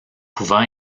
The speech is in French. pouvant